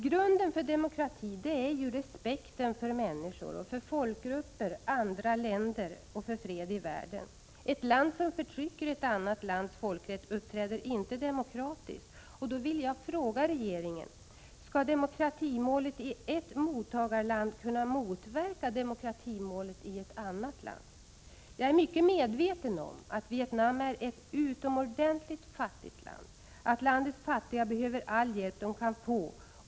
Grunden för demokratin är ju respekten för människor, för folkgrupper, för andra länder och för fred i världen. Ett land som förtrycker ett annat lands folkrätt uppträder inte demokratiskt. Jag är väl medveten om att Vietnam är ett utomordentligt fattigt land och att det landets fattiga behöver all hjälp de kan få.